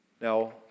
Now